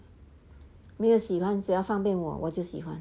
没有喜欢只要方便我我就喜欢